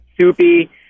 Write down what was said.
soupy